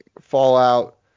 Fallout